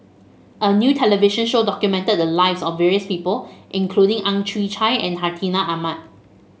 a new television show documented the lives of various people including Ang Chwee Chai and Hartinah Ahmad